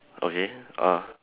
okay ah